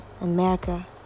America